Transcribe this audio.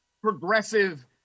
progressive